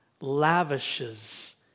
lavishes